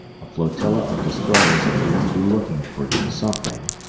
a flotilla of destroyers appeared to be looking for something,